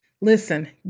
Listen